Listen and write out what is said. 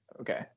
Okay